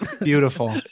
beautiful